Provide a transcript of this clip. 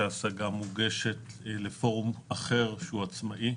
ההשגה מוגשת לפורום אחר, שהוא עצמאי.